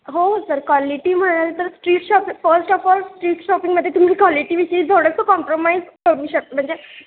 हो sir quality म्हणाल तर street shopping first of all street शॉपिंगमध्ये तुम्ही क्वालिटी विषयी थोडंसं कॉम्प्रोमाइज करू शकता म्हणजे